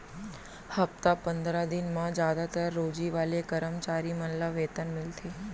हप्ता पंदरा दिन म जादातर रोजी वाले करम चारी मन ल वेतन मिलथे